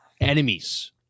enemies